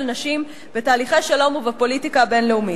נשים בתהליכי שלום ובפוליטיקה הבין-לאומית.